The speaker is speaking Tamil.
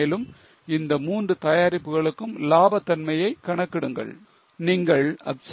எனவே உங்களுக்கு பார்முலா தெரியும் உங்களுக்கு ஞாபகம் இருக்கா விற்பனையின் மேல் contribution இப்பொழுது எழுதுங்கள் இது 0